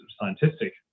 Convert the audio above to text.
scientific